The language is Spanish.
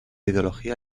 ideología